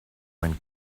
went